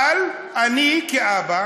אבל אני, כאבא,